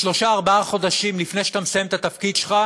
שלושה ארבעה חודשים לפני שאתה מסיים את התפקיד שלך,